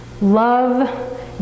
Love